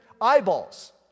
eyeballs